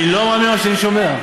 אני לא מאמין למה שאני שומע.